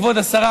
כבוד השרה,